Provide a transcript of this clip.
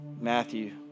Matthew